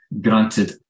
granted